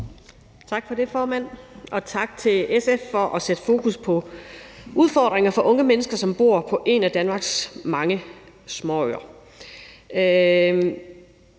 Tak for det, formand, og tak til SF for at sætte fokus på udfordringer for unge mennesker, som bor på en af Danmarks mange småøer.